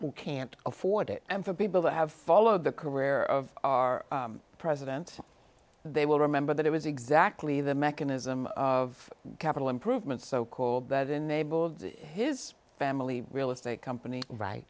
who can't afford it and for people that have followed the career of our president they will remember that it was exactly the mechanism of capital improvement so called that enabled his family real estate company right